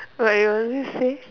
but you want me say